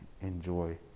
enjoy